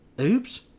Oops